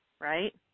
right